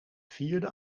vierde